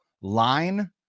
line